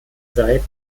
seit